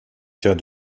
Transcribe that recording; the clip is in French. cas